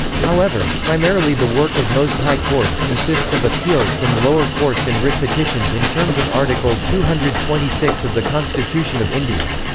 however, primarily the work of most high courts consists of appeals from lower courts and writ petitions in terms of article two hundred and twenty six of the constitution of india.